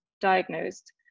diagnosed